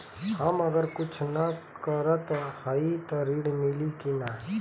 हम अगर कुछ न करत हई त ऋण मिली कि ना?